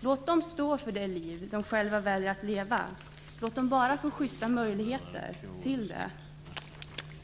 Låt dem stå för det liv de själva väljer att leva. Låt dem bara få sjysta möjligheter till det.